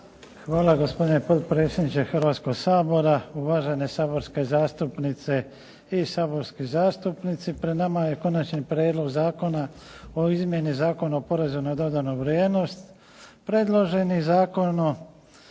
Hvala. Gospodine potpredsjedniče Hrvatskoga sabora, uvažene saborske zastupnice i saborski zastupnici. Pred nama je Konačni prijedlog zakona o izmjeni Zakona o porezu na dodanu vrijednost. Predloženi zakon